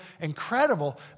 incredible